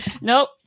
Nope